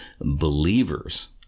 believers